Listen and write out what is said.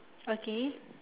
okay